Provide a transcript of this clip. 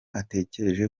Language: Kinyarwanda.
atekereje